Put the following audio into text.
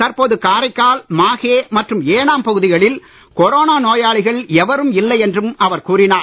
தற்போது காரைக்கால் மாஹே மற்றும் ஏனாம் பகுதிகளில் கொரோனா நோயாளிகள் எவரும் இல்லை என்றும் அவர் கூறினார்